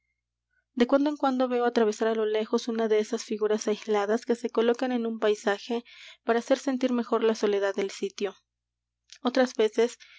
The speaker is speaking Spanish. de cuando en cuando veo atravesar á lo lejos una de esas figuras aisladas que se colocan en un paisaje para hacer sentir mejor la soledad del sitio otras veces